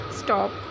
stop